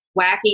wacky